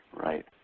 Right